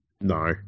No